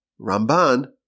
Ramban